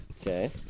okay